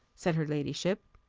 said her ladyship.